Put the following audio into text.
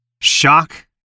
shock